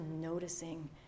noticing